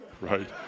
right